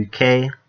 uk